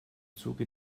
zuge